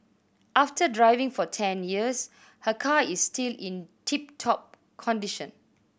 after driving for ten years her car is still in tip top condition